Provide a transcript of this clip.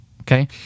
okay